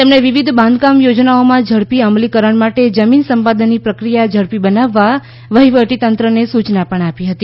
તેમણે વિવિધ બાંધકામ યોજનાઓના ઝડપી અમલીકરણ માટે જમીન સંપાદનની પ્રક્રિયા ઝડપી બનાવવા વહીવટીતંત્રને સૂચના આપી હતી